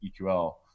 EQL